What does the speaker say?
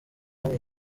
banki